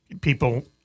people